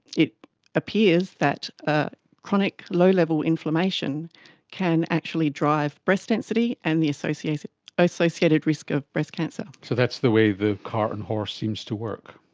it appears that ah chronic low-level inflammation can actually drive breast density and the associated associated risk of breast cancer. so that's the way the cart and horse seems to work,